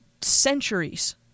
centuries